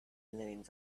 lanes